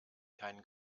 keinen